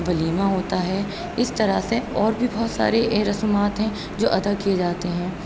ولیمہ ہوتا ہے اس طرح سے اور بھی بہت سارے اے رسومات ہیں جو ادا کیے جاتے ہیں